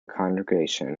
congregation